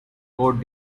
court